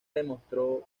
demostró